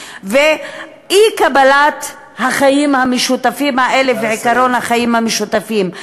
ואי-קבלת החיים המשותפים האלה ועקרון החיים המשותפים.